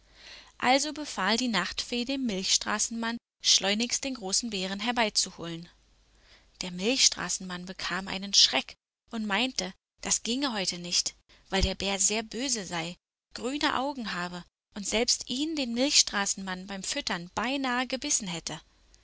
also befahl die nachtfee dem milchstraßenmann schleunigst den großen bären herbeizuholen der milchstraßenmann bekam einen schreck und meinte das ginge heute nicht weil der bär sehr böse sei grüne augen habe und selbst ihn den milchstraßenmann beim füttern beinahe gebissen hätte